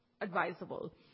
advisable